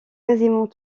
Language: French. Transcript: quasiment